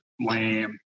lamb